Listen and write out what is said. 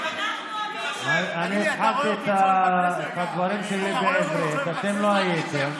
אני התחלתי את הדברים שלי בעברית, אתם לא הייתם.